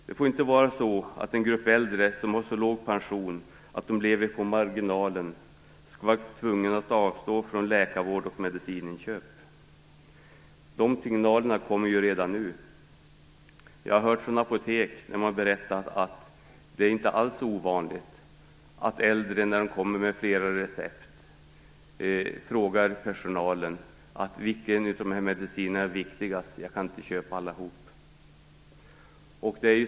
Det får inte vara så att en grupp äldre som har så låg pension att de lever på marginalen skall vara tvungen att avstå från läkarvård och medicininköp. Signaler om detta kommer redan nu. Från apotek har jag hört att det inte alls är ovanligt att äldre som kommer med flera recept frågar personalen vilken av medicinerna som är viktigast, eftersom de inte kan köpa allihop.